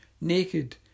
naked